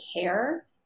care